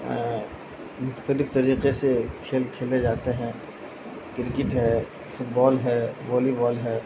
مختلف طریقے سے کھیل کھیلے جاتے ہیں کرکٹ ہے فٹ بال ہے والی بال ہے